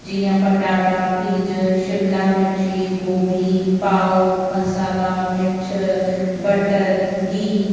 जीअं पटाटा पीज शिमला मिर्ची गोभी पाव मसाला मिर्च बटर गिहु